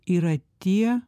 yra tie